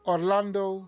Orlando